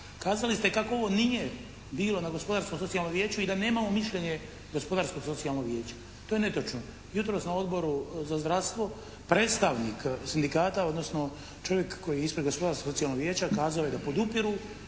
kazali ste kako ovo nije bio na gospodarsko socijalnom vijeću i da nemamo mišljenje gospodarsko socijalnog vijeća. To je netočno. Jutros na Odboru za zdravstvo predstavnik sindikata odnosno čovjek koji je ispred gospodarsko socijalnog vijeća kazao je da podupiru